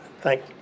thank